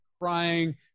crying